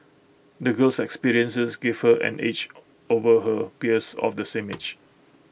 the girl's experiences gave her an edge over her peers of the same age